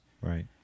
Right